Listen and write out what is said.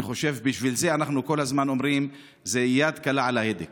אני חושב שבשביל זה אנחנו כל הזמן אומרים שזאת יד קלה על ההדק.